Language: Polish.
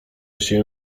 się